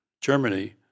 Germany